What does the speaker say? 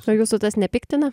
o jūsų tas nepiktina